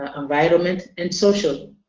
environment and social.